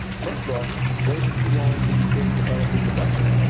first off, waiting too long to begin developing the budget.